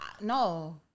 no